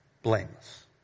Blameless